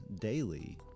daily